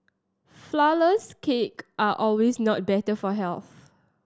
flourless cake are always not better for health